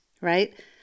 right